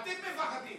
אתם מפחדים.